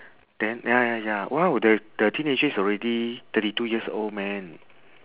then ya ya ya !wow! the the teenager is already thirty two years old man